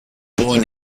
born